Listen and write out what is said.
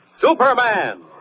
Superman